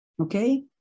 Okay